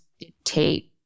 dictate